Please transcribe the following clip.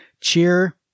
cheer